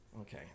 Okay